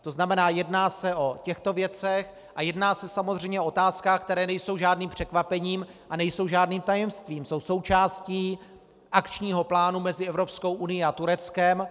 To znamená, jedná se o těchto věcech a jedná se samozřejmě o otázkách, které nejsou žádným překvapením a nejsou žádným tajemstvím, jsou součástí akčního plánu mezi Evropskou unií a Tureckem.